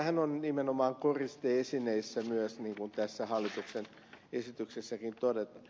näitähän on nimenomaan koriste esineissä myös niin kuin hallituksen esityksessäkin todetaan